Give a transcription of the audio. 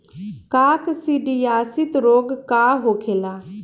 काकसिडियासित रोग का होखेला?